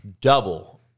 double